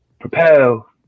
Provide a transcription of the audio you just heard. propel